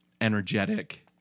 energetic